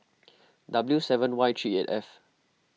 W seven Y three eight F